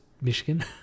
Michigan